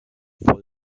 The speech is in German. voll